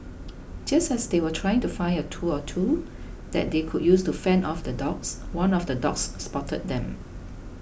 just as they were trying to find a tool or two that they could use to fend off the dogs one of the dogs spotted them